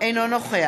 אינו נוכח